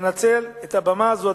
אנצל את הבמה הזאת,